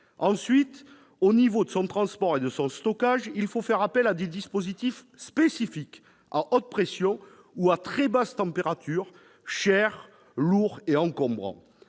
Ensuite, s'agissant de son transport et de son stockage, il faut faire appel à des dispositifs spécifiques, à haute pression ou à très basse température, qui sont chers, lourds et encombrants.